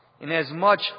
inasmuch